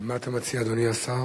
מה אתה מציע, אדוני השר?